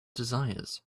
desires